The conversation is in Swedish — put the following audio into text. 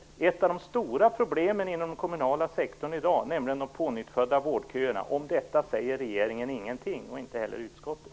Om ett av de stora problemen inom den kommunala sektorn i dag, nämligen de pånyttfödda vårdköerna, säger regeringen ingenting. Det gör inte heller utskottet.